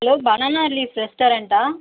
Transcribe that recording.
hello banana leaf ரெஸ்டாரண்ட்டா